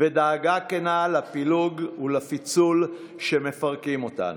ודאגה כנה לפילוג ולפיצול שמפרקים אותנו,